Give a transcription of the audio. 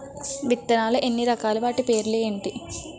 విత్తనాలు ఎన్ని రకాలు, వాటి పేర్లు ఏంటి?